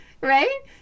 right